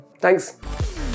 Thanks